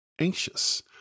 anxious